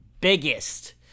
biggest